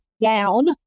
down